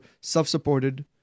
self-supported